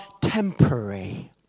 temporary